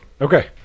okay